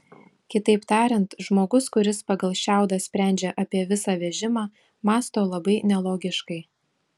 kitaip tariant žmogus kuris pagal šiaudą sprendžia apie visą vežimą mąsto labai nelogiškai